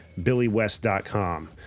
BillyWest.com